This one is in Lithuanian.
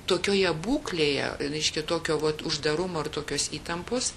tokioje būklėje reiškia tokio vat uždarumo ir tokios įtampos